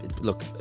Look